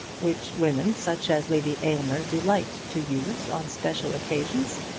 which women such as lady aylmer delight to use on special occasions,